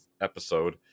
episode